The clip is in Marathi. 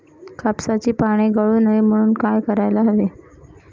कापसाची पाने गळू नये म्हणून काय करायला हवे?